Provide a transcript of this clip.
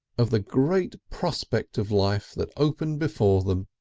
of the great prospect of life that opened before them,